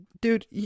dude